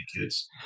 kids